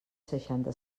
seixanta